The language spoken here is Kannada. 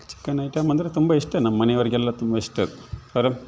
ಚಿಕನ್ ಐಟಮ್ ಅಂದರೆ ತುಂಬ ಇಷ್ಟ ನಮ್ಮನೆಯವ್ರಿಗೆಲ್ಲ ತುಂಬ ಇಷ್ಟ ಅದು